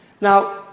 Now